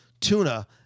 tuna